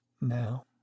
now